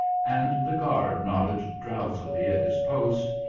and the guard nodded drowsily at his post,